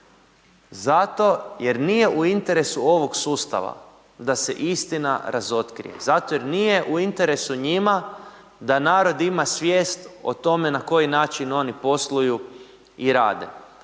Zato jer nije u interesu ovog sustava da se istina razotkrije. Zato jer nije u interesu njima da narod ima svijest na koji način oni posluju i rade.